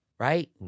Right